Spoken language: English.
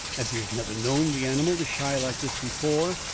as he had never known the animal to shy like this before,